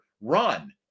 run